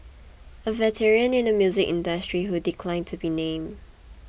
a veteran in the music industry who declined to be named